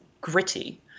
gritty